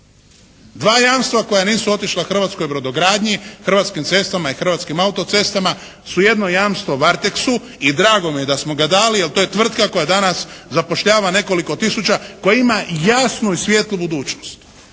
Dva jamstva koja nisu otišla hrvatskoj brodogradnji, Hrvatskim cestama i Hrvatskim autocestama su jedno jamstvo Varteksu i drago mi je da smo ga dali jer to je tvrtka koja danas zapošljava nekoliko tisuća. Koja ima jasnu i svjetlu budućnost.